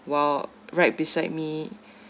while right beside me